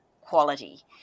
quality